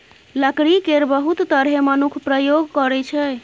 लकड़ी केर बहुत तरहें मनुख प्रयोग करै छै